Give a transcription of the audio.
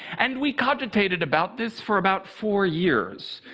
and we cogitated about this for about four years.